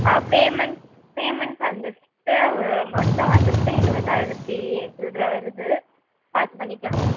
ஆ payment payment வந்துட்டு மொத்தம் வந்துட்டு இருவதாயிரத்து சில்ரை வருது பார்த்து பண்ணிக்கலாங்களா